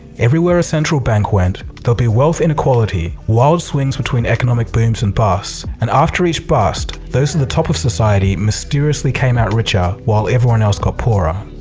everywhere a central bank went, there would be wealth inequality, wild swings between economic booms and busts and after each bust, those in the top of society mysteriously came out richer, while everyone else got poorer.